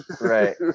Right